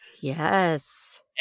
Yes